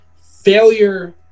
Failure